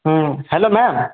hello ma'am